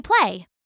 play